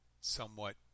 somewhat